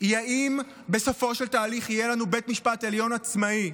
הוא אם בסופו של תהליך יהיה לנו בית משפט עליון עצמאי,